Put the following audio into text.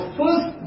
first